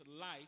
life